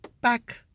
back